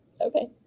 Okay